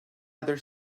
other